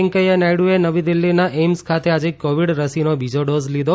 વેંકૈયા નાયડુએ નવી દિલ્હીના એઈમ્સ ખાતે આજે કોવિડ રસીનો બીજો ડોઝ લીધો